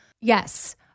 Yes